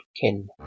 Kin